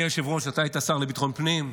אדוני היושב-ראש, אתה היית שר לביטחון הפנים,